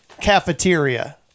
cafeteria